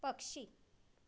पक्षी